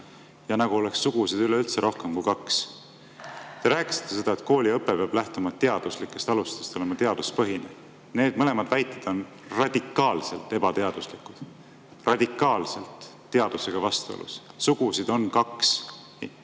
ja nagu oleks sugusid üleüldse rohkem kui kaks. Te rääkisite seda, et kooliõpe peab lähtuma teaduslikest alustest, olema teaduspõhine. Need mõlemad väited on radikaalselt ebateaduslikud, radikaalselt teadusega vastuolus. Sugusid on kaks: